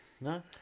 No